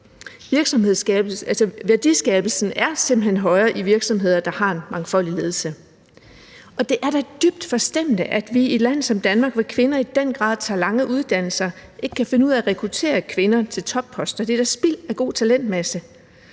Værdiskabelsen er simpelt hen højere i virksomheder, der har en mangfoldig ledelse, og det er da dybt forstemmende, at vi i et land som Danmark, hvor kvinder i den grad tager lange uddannelser, ikke kan finde ud af at rekruttere kvinder til topposter. Det er da spild af god talentmasse,